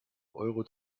euro